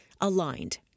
aligned